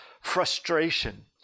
frustration